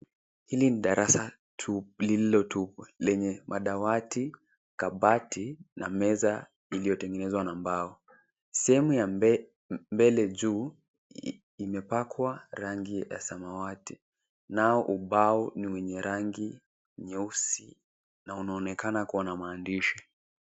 Hili ni darasa lililo tupu lenye madawati, kabati na meza iliyotengenezwa na mbao. Sehemu ya mbele juu imepakwa rangi ya samawati, nao ubao ni wenye rangi nyeusi na unaonekana kuwa na maandishi.